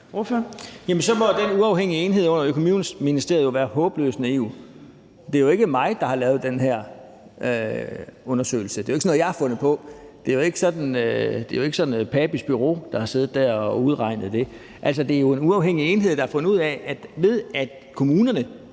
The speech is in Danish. må den uafhængige enhed under Indenrigs- og Boligministeriet jo være håbløst naive. Det er jo ikke mig, der har lavet den her undersøgelse. Det er jo ikke sådan noget, jeg har fundet på. Det er jo ikke sådan, at det er Papes Bureau, der har siddet der og udregnet det. Altså, det er jo en uafhængig enhed, der har fundet ud af, at hvis kommunerne